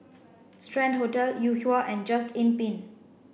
Strand Hotel Yuhua and Just Inn Pine